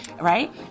right